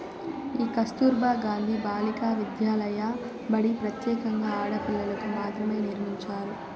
ఈ కస్తుర్బా గాంధీ బాలికా విద్యాలయ బడి ప్రత్యేకంగా ఆడపిల్లలకు మాత్రమే నిర్మించారు